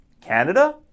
Canada